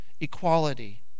equality